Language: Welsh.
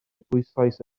bwyslais